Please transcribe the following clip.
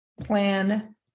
plan